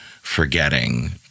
forgetting